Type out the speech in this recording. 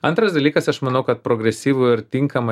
antras dalykas aš manau progresyvų ir tinkamą